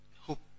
hope